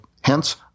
hence